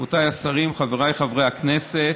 רבותיי השרים, חבריי חברי הכנסת,